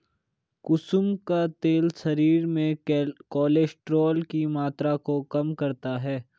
कुसुम का तेल शरीर में कोलेस्ट्रोल की मात्रा को कम करता है